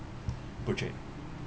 project